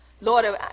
Lord